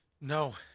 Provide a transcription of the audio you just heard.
No